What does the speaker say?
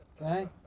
Okay